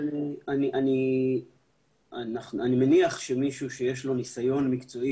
אבל אני מניח שמישהו שיש לו ניסיון מקצועי,